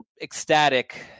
ecstatic